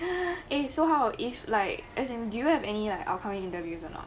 eh so how if like as in do you have any or current interviews a not